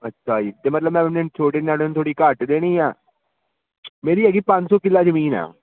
ਅੱਛਾ ਜੀ ਅਤੇ ਮਤਲਬ ਮੈਂ ਆਪਣੇ ਛੋਟੇ ਨਿਆਣੇ ਨੂੰ ਥੋੜ੍ਹੀ ਜਿਹੀ ਘੱਟ ਦੇਣੀ ਆ ਮੇਰੀ ਹੈਗੀ ਪੰਜ ਸੌ ਕਿੱਲਾ ਜ਼ਮੀਨ ਆ